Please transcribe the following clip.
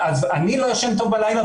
אז אני לא ישן טוב בלילה,